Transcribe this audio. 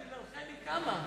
בגללכם היא קמה,